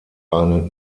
eine